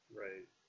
right